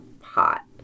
hot